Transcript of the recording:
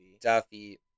Duffy